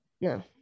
No